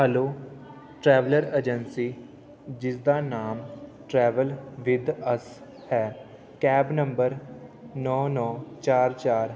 hello traveller agency ਜਿਸਦਾ ਨਾਮ travel with us ਹੈ ਕੈਬ ਨੰਬਰ ਨੌ ਨੌ ਚਾਰ ਚਾਰ